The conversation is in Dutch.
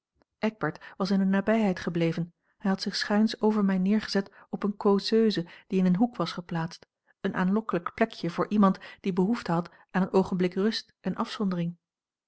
eckbert was in de nabijheid gebleven hij had zich schuins over mij neergezet op eene causeuse die in een hoek was geplaatst een aanlokkelijk plekje voor iemand die behoefte had aan een oogenblik rust en afzondering